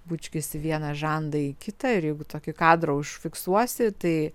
bučkis į vieną žandą į kitą ir jeigu tokį kadrą užfiksuosi tai